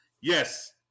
Yes